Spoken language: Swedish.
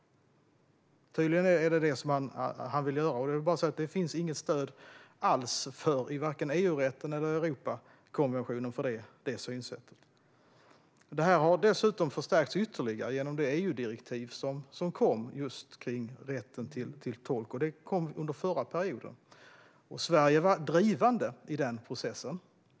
Det är tydligen vad Anders Hansson vill, men detta synsätt finns det inget stöd för alls, varken i EU-rätten eller i Europakonventionen. Det hela har dessutom förstärkts ytterligare genom det EU-direktiv om rätten till tolk som kom under den förra perioden. Sverige var drivande i den processen.